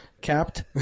capped